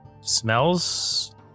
Smells